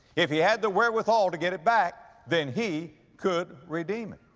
if he had the wherewithal to get it back, then he could redeem it.